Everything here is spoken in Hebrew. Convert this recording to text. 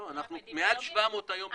אנחנו מעל 700 היום בוודאי.